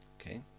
Okay